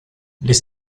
les